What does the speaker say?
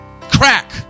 Crack